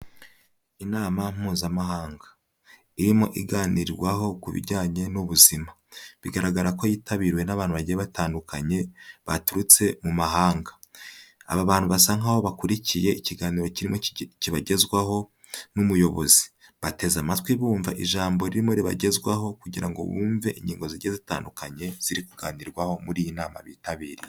Inama mpuzamahanga irimo iganirwaho ku bijyanye n'ubuzima, bigaragara ko yitabiriwe n'abantu bagiye batandukanye baturutse mu mahanga. Aba bantu basa nkaho bakurikiye ikiganiro kibagezwaho n'umuyobozi, bateze amatwi bumva ijambo ririmo ribagezwaho kugira ngo bumve ingingo zigiye zitandukanye zirimo kuganirwaho muri iyi nama bitabiriye.